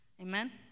Amen